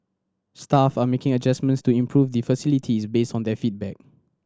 staff are making adjustments to improve the facilities based on their feedback